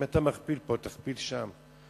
אם אתה מכפיל פה, תכפיל שם.